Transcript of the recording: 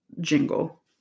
jingle